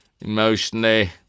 emotionally